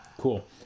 Cool